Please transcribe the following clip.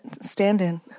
stand-in